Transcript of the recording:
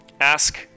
ask